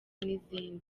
n’izindi